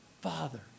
father